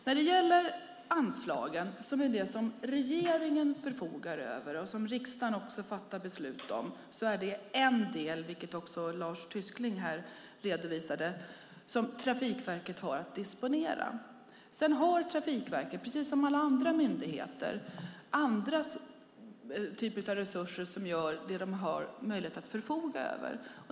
När det gäller anslagen, som är det som regeringen förfogar över och som också riksdagen fattar beslut om, är det en del - och det redovisade också Lars Tysklind - som Trafikverket har att disponera. Sedan har Trafikverket, precis som andra myndigheter, andra typer av resurser som de har möjlighet att förfoga över.